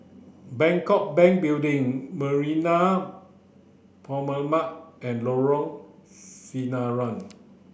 Bangkok Bank Building Marina Promenade and Lorong Sinaran